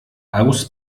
aus